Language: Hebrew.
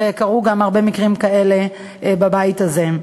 וקרו הרבה מקרים כאלה בבית הזה.